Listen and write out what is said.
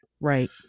right